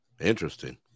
interesting